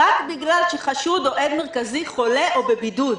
רק בגלל שחשוד או עד מרכזי חולה או בבידוד.